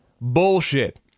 Bullshit